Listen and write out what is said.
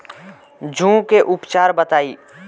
जूं के उपचार बताई?